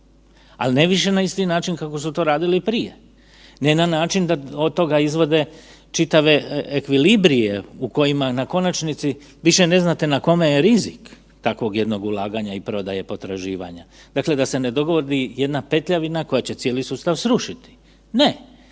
ali ne više na isti način kako su to radili prije, ne na način da od toga izvode čitave ekvilibrije u kojima, na konačnici više ne znate na kome je rizik takvog jednog ulaganja i prodaje potraživanja. Dakle, da se ne dogodi jedna petljavina koja će cijeli sustav srušiti. Ne,